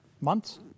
months